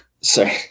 sorry